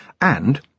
and—